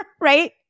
Right